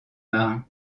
marin